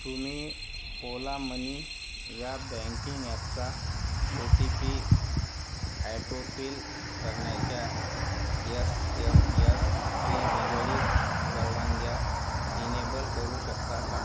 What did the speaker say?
तुम्ही ओला मनी या बँकिंग ॲपचा ओ टी पी ऍटोफिल करण्याच्या एस एम एसशी निगडीत परवानग्या इनेबल करू शकता का